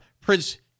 Prince